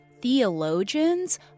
theologians